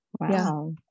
wow